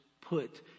put